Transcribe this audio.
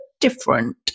different